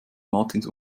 martins